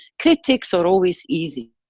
critics are always easy.